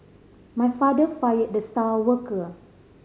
my father fired the star worker